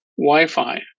Wi-Fi